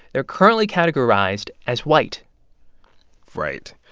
they're currently categorized as white right.